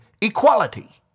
equality